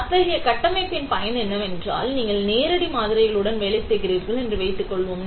எனவே அத்தகைய கட்டமைப்பின் பயன் என்னவென்றால் நீங்கள் நேரடி மாதிரிகளுடன் வேலை செய்கிறீர்கள் என்று வைத்துக்கொள்வோம்